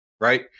right